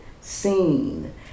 seen